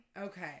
Okay